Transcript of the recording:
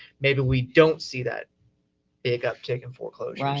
maybe we don't see that big uptake in foreclosures,